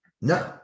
No